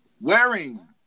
Wearing